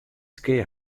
skea